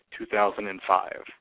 2005